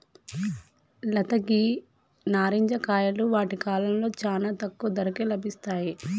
లత గీ నారింజ కాయలు వాటి కాలంలో చానా తక్కువ ధరకే లభిస్తాయి